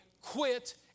quit